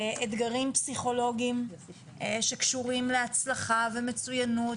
אתגרים פסיכולוגיים שקשורים להצלחה ומצוינות,